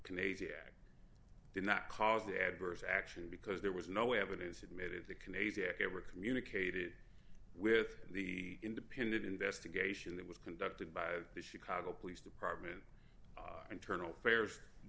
canadia did not cause the adverse action because there was no evidence submitted the canadian ever communicated with the independent investigation that was conducted by the chicago police department internal affairs